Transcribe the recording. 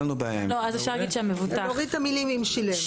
נוריד את המילים 'אם שילם'.